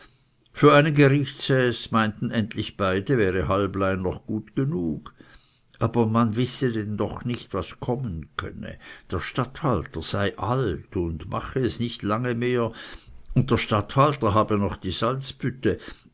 für einen gerichtsäß meinten endlich beide wäre halblein noch gut genug aber man wisse denn doch nicht was kommen könne der statthalter sei alt und mache es nicht lange mehr und der statthalter habe noch die salzbütte